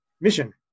mission